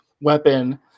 weapon